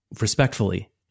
respectfully